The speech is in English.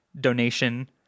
donation